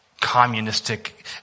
Communistic